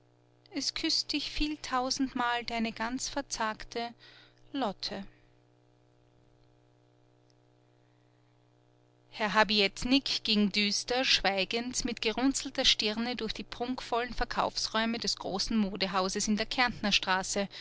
es küßt dich vieltausendmal deine ganz verzagte lotte herr habietnik ging düster schweigend mit gerunzelter stirne durch die prunkvollen verkaufsräume des großen modehauses in der